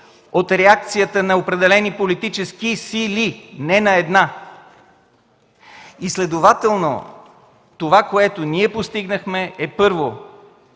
от реакцията на определени полтически сили, не на една. Следователно това, което ние постигнахме, е, първо,